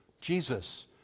Jesus